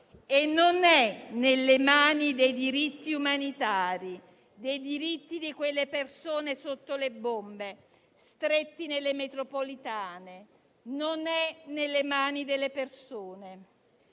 non nelle mani dei diritti umanitari e dei diritti di quelle persone sotto le bombe, strette nelle metropolitane, né nelle mani delle persone.